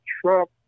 Trump